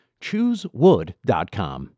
Choosewood.com